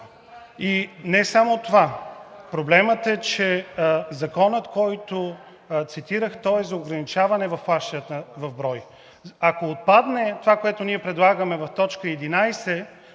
и не само това е проблемът, но законът, който цитирах, е за ограничаване на плащанията в брой. Ако отпадне това, което ние предлагаме в т. 11,